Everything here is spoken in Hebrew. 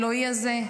האלוקי הזה,